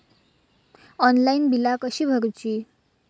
Online बिला कशी भरूची?